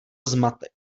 zmatek